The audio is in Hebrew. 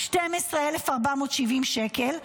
12,470 שקל,